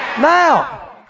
Now